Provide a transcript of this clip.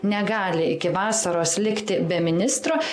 negali iki vasaros likti be ministro